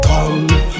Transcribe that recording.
Come